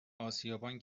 اسیابان